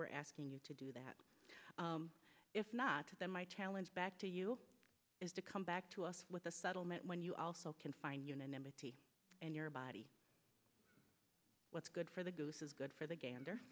we're asking you to do that if not then my challenge back to you is to come back to us with a settlement when you also can find unanimity in your body what's good for the goose is good for